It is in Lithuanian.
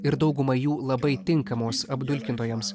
ir dauguma jų labai tinkamos apdulkintojams